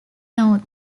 north